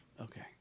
Okay